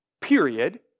Period